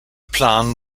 plan